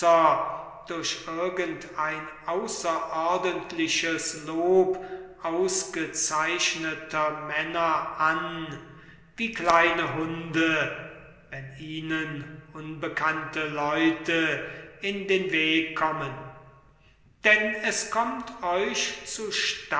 durch irgend ein außerordentliches lob ausgezeichneter männer an wie kleine hunde wenn ihnen unbekannte leute in den weg kommen denn es kommt euch